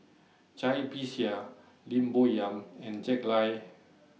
Cai Bixia Lim Bo Yam and Jack Lai